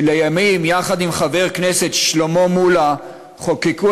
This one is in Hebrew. שלימים יחד עם חבר כנסת שלמה מולה חוקקה